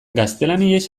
gaztelaniaz